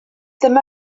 ddim